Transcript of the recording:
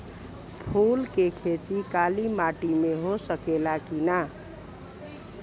फूल के खेती काली माटी में हो सकेला की ना?